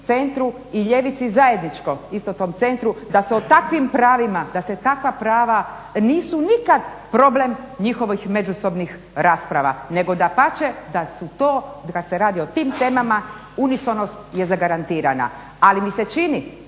centru i ljevici zajedničko istom tom centru da se o takvim pravima da se takva prava nisu nikada problem njihovih međusobnih rasprava, nego dapače kad se radi o tim temama unisonost je zagarantirana. Ali mi se čini,